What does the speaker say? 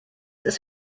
ist